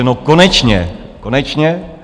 No, konečně, konečně!